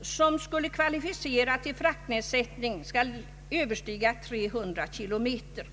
som skulle kvalificera till fraktnedsättning skall överstiga 300 kilometer.